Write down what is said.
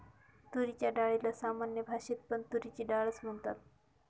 तुरीच्या डाळीला सामान्य भाषेत पण तुरीची डाळ च म्हणतात